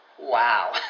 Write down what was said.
Wow